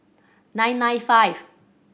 nine nine five